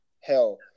hell